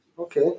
Okay